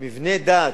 מבני דת,